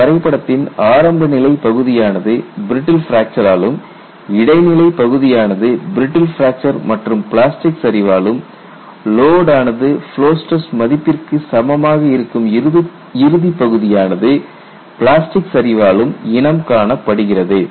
இந்த வரைபடத்தின் ஆரம்ப நிலை பகுதியானது பிரிட்டில் பிராக்சராலும் இடைநிலை பகுதியானது பிரிட்டில் பிராக்சர் மற்றும் பிளாஸ்டிக் சரிவாலும் லோட் ஆனது ஃப்லோ ஸ்டிரஸ் மதிப்பிற்கு சமமாக இருக்கும் இறுதிப்பகுதியானது பிளாஸ்டிக் சரிவாலும் இனம் காணப்படுகிறது